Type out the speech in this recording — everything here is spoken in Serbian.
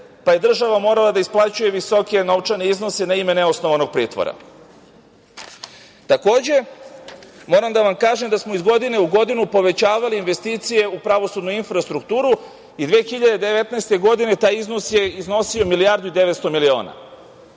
pa je država morala da isplaćuje visoke novčane iznose na ime neosnovanog pritvora. Takođe, moram da vam kažem da smo iz godine u godinu povećavali investicije u pravosudnu infrastrukturu i 2019. godine taj iznos je iznosio 1,9 milijardi. Potpuno